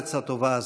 בארץ הטובה הזאת.